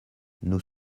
nous